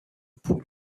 پول